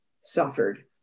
suffered